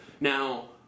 Now